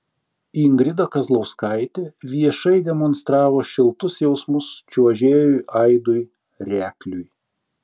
ingrida kazlauskaitė viešai demonstravo šiltus jausmus čiuožėjui aidui rekliui